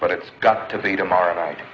but it's got to be tomorrow night